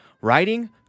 Writing